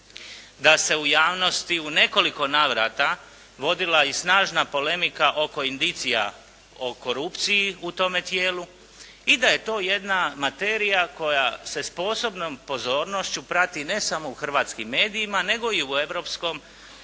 da se u javnosti u nekoliko navrata vodila i snažna polemika oko indicija o korupciji o tome tijelu i da je to jedna materija koja se s posebnom pozornošću prati, ne samo u hrvatskim medijima nego i u europskom